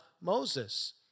Moses